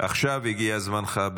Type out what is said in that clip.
עכשיו הגיע זמנך.